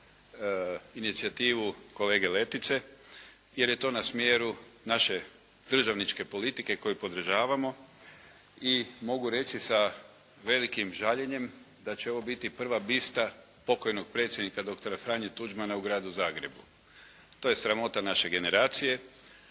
inicijativu kolege Letice jer je to na smjeru naše državničke politike koju podržavamo i mogu reći sa velikim žaljenjem da će ovo biti prva bista pokojnog predsjednika doktora Franje Tuđmana u gradu Zagrebu. To je sramota naše generacije.